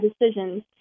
decisions